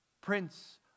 Prince